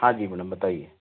हाँ जी मैडम बताइए